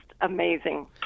amazing